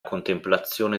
contemplazione